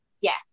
Yes